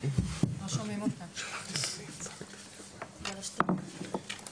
כי תיכף יבוא שומר ויוציא אותי ואני צריכה להקריא סיכום